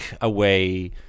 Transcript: away